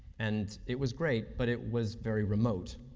and it was great, but it was very remote.